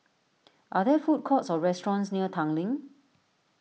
are there food courts or restaurants near Tanglin